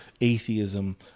atheism